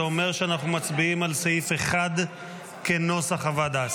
זה אומר שאנחנו מצביעים על סעיף 1 כנוסח הוועדה.